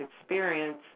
experience